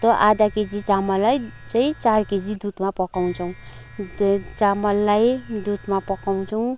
जस्तो आधा केजी चामललाई चाहिँ चार केजी दुधमा पकाउँछौँ चामललाई दुधमा पकाउँछौँ